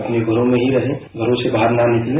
अपने घरों में ही रहे घरों से बाहर न निकलें